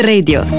Radio